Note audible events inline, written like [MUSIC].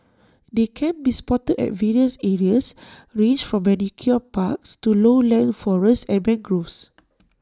they can be spotted at various areas ranged from manicured parks to lowland forests and mangroves [NOISE]